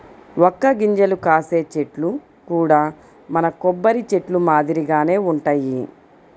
వక్క గింజలు కాసే చెట్లు కూడా మన కొబ్బరి చెట్లు మాదిరిగానే వుంటయ్యి